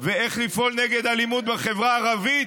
ואיך לפעול נגד אלימות בחברה הערבית,